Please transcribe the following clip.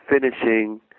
finishing